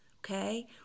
Okay